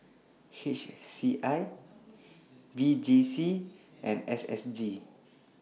H C I V J C and S S G